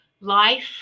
life